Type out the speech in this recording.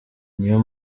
niyo